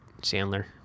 Sandler